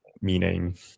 meaning